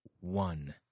one